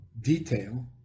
detail